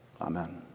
Amen